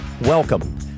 Welcome